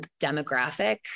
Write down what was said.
demographic